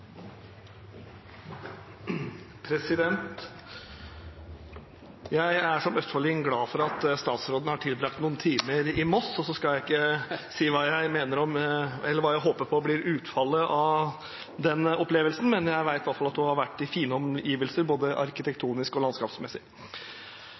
bortreist. Jeg er som østfolding glad for at statsråden har tilbrakt noen timer i Moss. Så skal jeg ikke si hva jeg håper blir utfallet av den opplevelsen, men jeg vet i alle fall at hun har vært i fine omgivelser, både